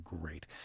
great